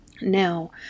Now